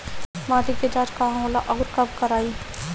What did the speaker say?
माटी क जांच कहाँ होला अउर कब कराई?